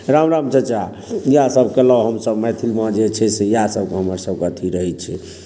राम राम चचा इएहसभ कयलहुँ हमसभ मैथिलमे जे छै से इएहसभ हमरसभक अथी रहैत छै